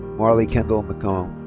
marli kendall mckown.